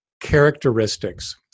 characteristics